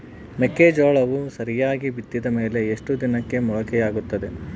ಮೆಕ್ಕೆಜೋಳವು ಸರಿಯಾಗಿ ಬಿತ್ತಿದ ಮೇಲೆ ಎಷ್ಟು ದಿನಕ್ಕೆ ಮೊಳಕೆಯಾಗುತ್ತೆ?